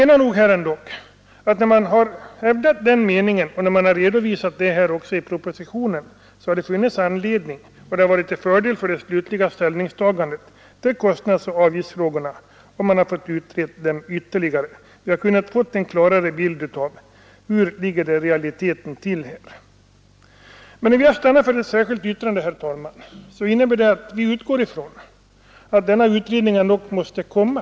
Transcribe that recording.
När man har hävdat denna mening och när den också har redovisats i propositionen, menar vi att det borde vara till fördel för kostnadsoch avgiftsfrågorna med en utredning. Vi skulle då kunna få en klarare bild av hur det i realiteten ligger till. När vi har stannat för att avge ett särskilt yttrande innebär det att vi utgår från att en utredning måste komma.